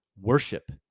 worship